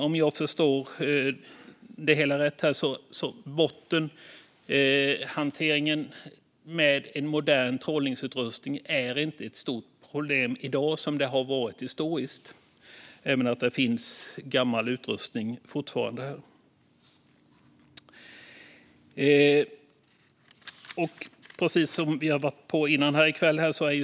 Om jag förstår det hela rätt är bottenhantering med modern trålningsutrustning inte ett stort problem i dag på samma sätt som det varit historiskt. Men det finns fortfarande gammal utrustning.